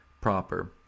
proper